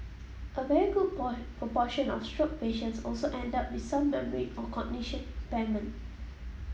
a very good proportion of stroke patients also end up with some memory or cognition impairment